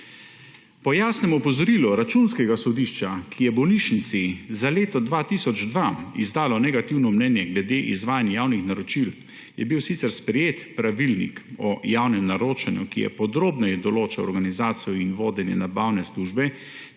Po jasnem opozorilu Računskega sodišča, ki je bolnišnici za leto 2002 izdalo negativno mnenje glede izvajanja javnih naročil, je bil sicer sprejet pravilnik o javnem naročanju, ki je podrobneje določal organizacijo in vodenje nabavne službe